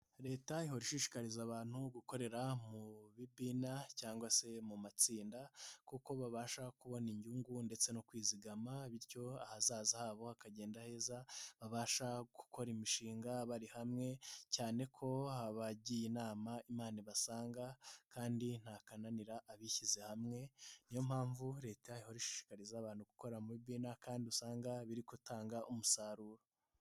Leta ihora ishishikariza abantu gukorera mu bibina cyangwa se mu matsinda kuko babasha kubona inyungu ndetse no kwizigama bityo ahazaza habo hakagenda heza. Babasha gukora imishinga bari hamwe cyane ko abagiye inama imana ibasanga kandi ntakananira abishyize hamwe. Niyo mpamvu Leta ihora ishikariza abantu gukorera mu bibina kandi usanga biri gutanga umusaruro.